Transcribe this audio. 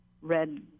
red